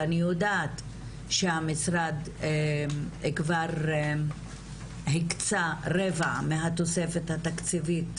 אני יודעת שהמשרד כבר הקצה רבע מהתוספת התקציבית